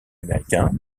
américain